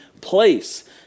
place